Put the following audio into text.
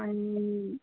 आणि